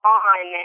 on